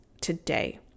today